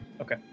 okay